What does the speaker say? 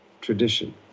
tradition